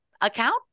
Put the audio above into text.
account